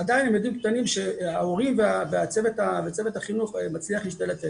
עדיין הם ילדים קטנים וההורים וצוות החינוך מצליח להשתלט עליהם.